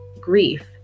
grief